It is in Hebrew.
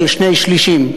של שני-שלישים,